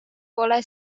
pole